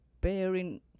bearing